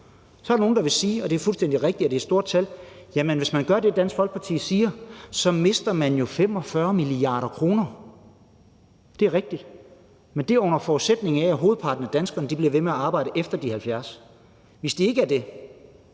Så er der nogle, der vil sige – og det er fuldstændig rigtigt, at det er et stort tal; hvis man gør det, Dansk Folkeparti siger, mister man jo 45 mia. kr. Det er rigtigt, men det er under forudsætning af, at hovedparten af danskerne bliver ved med at arbejde, efter de er fyldt 70 år. Hvis de ikke gør det,